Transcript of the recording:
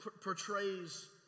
portrays